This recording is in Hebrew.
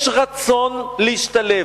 יש רצון להשתלב,